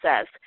says